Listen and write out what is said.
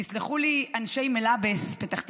ויסלחו לי אנשי מלאבס, פתח תקווה,